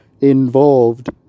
involved